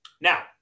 Now